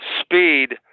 speed